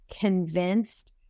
convinced